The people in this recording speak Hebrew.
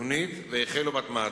בתוכנית והחלו בהטמעתה.